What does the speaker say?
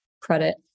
credit